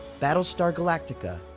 battlestar galactica,